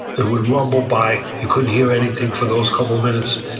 it would rumble by. you couldn't hear anything for those couple minutes.